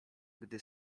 gdy